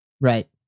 Right